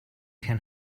can